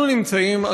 אנחנו נמצאים,